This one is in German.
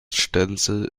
stenzel